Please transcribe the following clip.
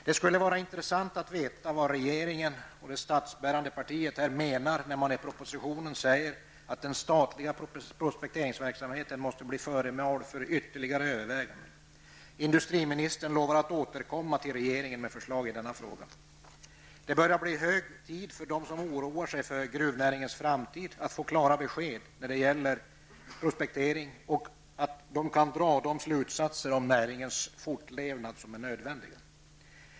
Det skulle vara intressant att veta vad regeringen -- liksom det statsbärande partiet -- menar när den i propositionen säger att den statliga prospekteringsverksamheten måste bli föremål för ytterligare överväganden. Industriministern lovar att återkomma till regeringen med förslag i denna fråga. Det börjar bli hög tid att de som oroar sig för gruvnäringens framtid får klara besked när det gäller prospektering, så att de kan dra nödvändiga slutsatser om näringens fortlevnad.